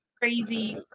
crazy